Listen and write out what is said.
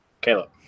Caleb